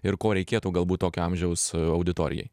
ir ko reikėtų galbūt tokio amžiaus auditorijai